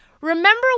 remember